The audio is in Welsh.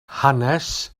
hanes